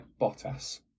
Bottas